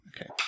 Okay